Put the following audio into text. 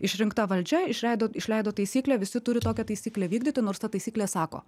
išrinkta valdžia išleido išleido taisyklę visi turi tokią taisyklę vykdyti nors ta taisyklė sako